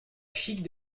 chique